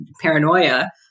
paranoia